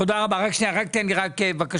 תודה רבה, רק שניה, רק תן לי, רק בקשה.